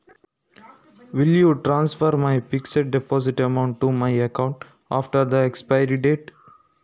ನನ್ನ fixed deposit amount ಅನ್ನು ಅದ್ರ ಅವಧಿ ಮುಗ್ದ ನಂತ್ರ ನನ್ನ ಅಕೌಂಟ್ ಗೆ ಕಳಿಸ್ತೀರಾ?